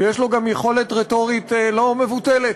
יש לו גם יכולת רטורית לא מבוטלת.